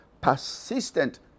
persistent